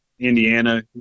indiana